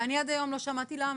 ואני עד היום לא שמעתי למה.